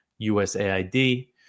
USAID